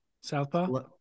Southpaw